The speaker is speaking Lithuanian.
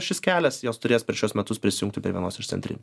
šis kelias jos turės per šiuos metus prisijungti prie vienos iš centrinių